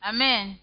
Amen